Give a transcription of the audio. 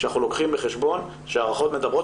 כשאנחנו לוקחים בחשבון שההערכות מדברות